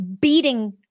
beating